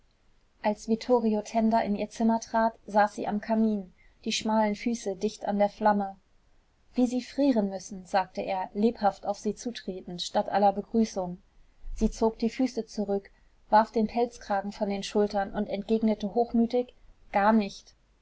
als vittorio tenda in ihr zimmer trat saß sie am kamin die schmalen füße dicht an der flamme wie sie frieren müssen sagte er lebhaft auf sie zutretend statt aller begrüßung sie zog die füße zurück warf den pelzkragen von den schultern und entgegnete hochmütig gar nicht